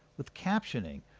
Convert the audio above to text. with captioning,